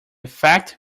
effect